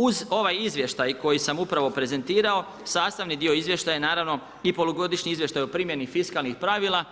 Uz ovaj izvještaj koji sam upravo prezentirao, sastavni dio izvještaja je naravno i polugodišnji izvještaj o primjeni fiskalnih pravila,